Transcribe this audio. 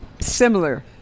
similar